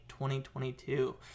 2022